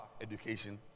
education